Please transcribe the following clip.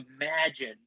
imagine